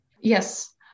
Yes